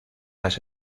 las